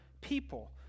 people